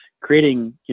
creating